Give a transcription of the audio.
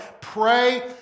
pray